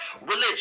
religion